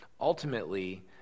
Ultimately